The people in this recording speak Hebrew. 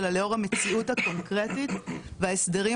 אלא לאור המציאות הקונקרטית וההסדרים